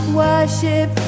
worship